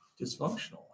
dysfunctional